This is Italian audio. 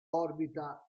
orbita